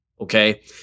Okay